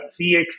3x